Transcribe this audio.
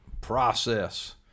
process